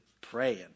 praying